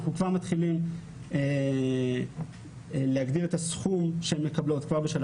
אנחנו כבר מתחילים להגדיל את הסכום שהן מקבלות כבר בשלב